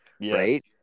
right